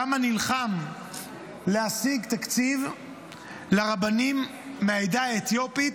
כמה נלחם להשיג תקציב לרבנים מהעדה האתיופית.